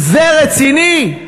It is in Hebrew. זה רציני?